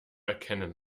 erkennen